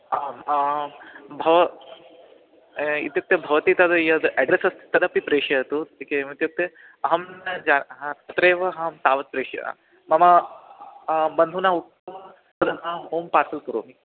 आम् आं भव् इत्युक्ते भवती तद् यद् एड्रेस् अस्ति तदपि प्रेषयतु इति किमित्युक्ते अहं जा हा तत्रैव अहं तावत् प्रेषयामि मम बन्धुम् उक्त्वा तत्र ना हों पार्सल् करोमि